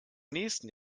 nächsten